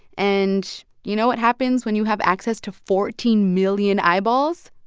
and you know what happens when you have access to fourteen million eyeballs?